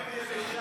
באר יבשה.